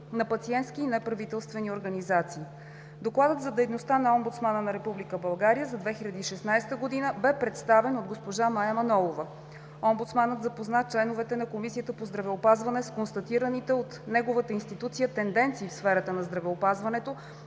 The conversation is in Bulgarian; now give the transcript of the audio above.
на пациентски и неправителствени организации. Докладът за дейността на Омбудсмана на Република България за 2016 г. бе представен от госпожа Мая Манолова. Омбудсманът запозна членовете на Комисията по здравеопазване с констатираните от неговата институция тенденции в сферата на здравеопазването,